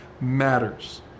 matters